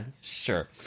sure